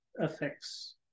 affects